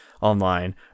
online